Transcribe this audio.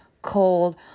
Cold